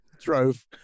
drove